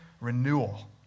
renewal